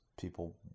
people